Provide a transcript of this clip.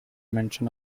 mention